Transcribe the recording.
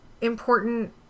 important